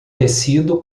tecido